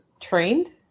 trained